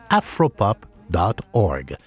afropop.org